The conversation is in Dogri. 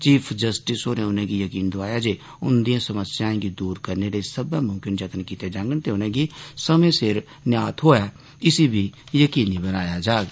चीफ जस्टिस होरें उनेंगी जकीन दोआया जे उंदिए समस्याएं गी दूर करने लेई सब्बै मुमकिन जतन कीते जांगन ते उनेंगी समें सिर न्याय थ्होए इसी बी जकीनी बनाया जाग